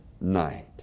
night